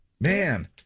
Man